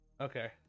Okay